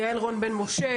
חברי הכנסת יעל רון בן משה,